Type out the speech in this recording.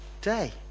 day